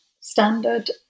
standard